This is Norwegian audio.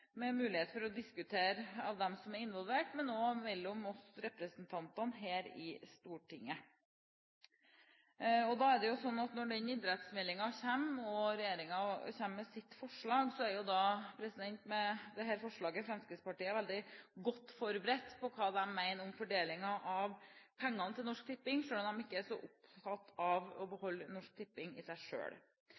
og også mellom oss representanter her i Stortinget. Når idrettsmeldingen kommer – når regjeringen kommer med sitt forslag – er man med dette forslaget fra Fremskrittspartiet veldig godt forberedt på hva de mener om fordelingen av pengene fra Norsk Tipping, selv om de ikke er så opptatt av å beholde Norsk Tipping i seg